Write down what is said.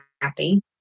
happy